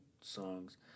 songs